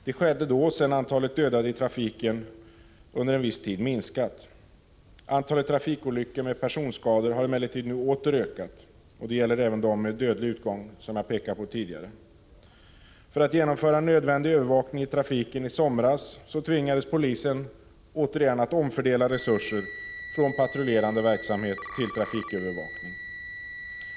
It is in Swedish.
Det skedde sedan antalet dödade i trafiken under viss tid minskat. Antalet trafikolyckor med personskador har emellertid nu åter ökat, även — som jag pekade på tidigare — de med dödlig utgång. För att genomföra en nödvändig övervakning av trafiken i somras tvingades polisen återigen att omfördela resurser från patrullerande verksamhet till trafikövervakning.